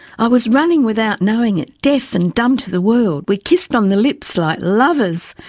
i was running without knowing it, deaf and dumb to the world. we kissed on the lips like lovers.